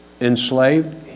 enslaved